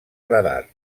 radar